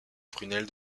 prunelle